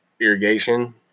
irrigation